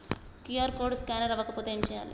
QR code scanner అవ్వకపోతే ఏం చేయాలి?